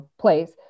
place